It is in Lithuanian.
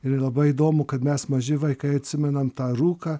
ir labai įdomu kad mes maži vaikai atsimenam tą rūką